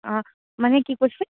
অঁ মানে কি কৈছে